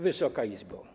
Wysoka Izbo!